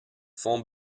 fonts